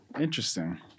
interesting